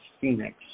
phoenix